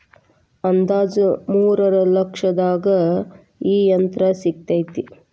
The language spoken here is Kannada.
ಅಂದಾಜ ಮೂರ ಲಕ್ಷದಾಗ ಈ ಯಂತ್ರ ಸಿಗತತಿ